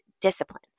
discipline